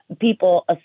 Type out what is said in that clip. people